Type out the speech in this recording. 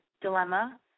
dilemma